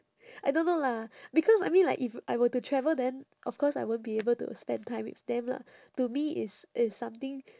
I don't know lah because I mean like if I were to travel then of course I won't be able to spend time with them lah to me it's it's something